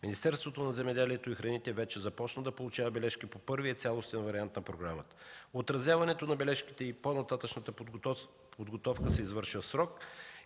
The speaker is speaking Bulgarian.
Министерството на земеделието и храните вече започна да получава бележки по първия цялостен вариант на програмата. Отразяването на бележките и по-нататъшната подготовка се извършва в срок